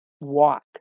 walk